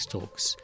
Talks